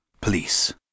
Police